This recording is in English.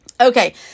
Okay